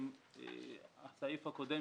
הסעיף הקודם